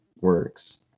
works